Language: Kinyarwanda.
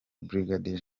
brig